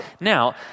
Now